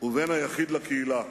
ובין היחיד לקהילה.